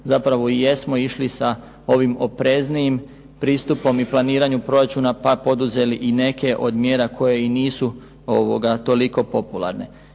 zapravo i jesmo išli sa ovim opreznijim pristupom i planiranju proračuna pa poduzeli i neke od mjera koje i nisu toliko popularne.